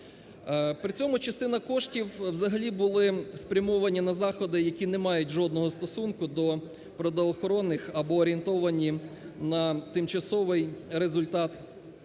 При цьому частина коштів, взагалі, були спрямовані на заходи, які не мають жодного стосунку до природоохоронних або орієнтовані на тимчасовий результат,